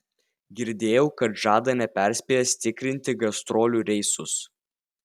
girdėjau kad žada neperspėjęs tikrinti gastrolių reisus